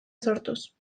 sortuz